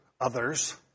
others